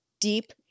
deep